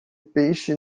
peixe